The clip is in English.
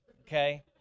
okay